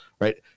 right